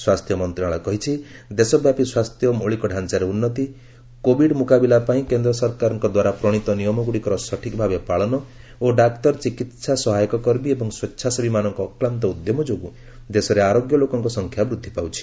ସ୍ୱାସ୍ଥ୍ୟ ମନ୍ତ୍ରଣାଳୟ କହିଛି ଦେଶ ବ୍ୟାପୀ ସ୍ୱାସ୍ଥ୍ୟ ମୌଳିକ ଢ଼ାଞ୍ଚାରେ ଉନ୍ନତି କୋବିଡ ମୁକାବିଲା ପାଇଁ କେନ୍ଦ୍ରସରକାରଙ୍କ ଦ୍ୱାରା ପ୍ରଣିତ ନିୟମଗୁଡ଼ିକର ସଠିକ୍ ଭାବେ ପାଳନ ଓ ଡାକ୍ତର ଚିକିତ୍ସା ସହାୟକ କର୍ମୀ ଏବଂ ସ୍ୱେଚ୍ଛାସେବୀମାନଙ୍କ ଅକ୍ଲାନ୍ତ ଉଦ୍ୟମ ଯୋଗୁଁ ଦେଶରେ ଆରୋଗ୍ୟ ଲୋକଙ୍କ ସଂଖ୍ୟା ବୃଦ୍ଧି ପାଉଛି